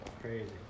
Crazy